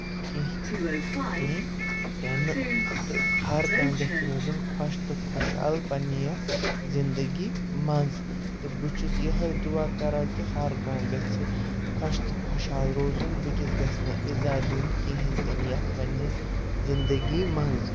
کِہۍ کِہیٖنۍ تِنہٕ تہٕ ہر کانٛہہ گژھِ روزُن خۄش تہٕ خۄشحال پنٕنہِ یَتھ زِندگی منٛز تہٕ بہٕ چھُس یِہَے دُعا کَران کہِ ہَر کانٛہہ گَژھِ خۄش تہٕ خۄشحال روزُن بیٚکِس گژھِ نہٕ اِزا دیُن کِہیٖنۍ تہِ نہٕ یَتھ پنٛنہِ زِندگی منٛز